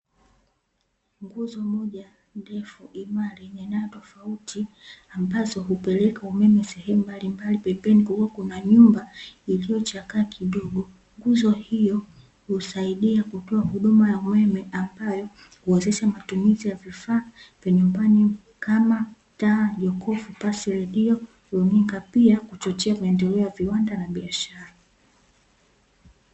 Nguzo moja ndefu imara yenye nyaya tofauti ambazo hupeleka umeme sehemu mbalimbali pembeni kulikuwa kuna nyumba iliyochakaa kidogo. Nguzo hiyo husaidia kutoa huduma ya umeme ambayo huwezesha matumizi ya vifaa vya nyumbani kama taa, jokofu pasi, redio, luninga pia huchochea maendeleo ya viwanda na biashara.